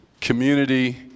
community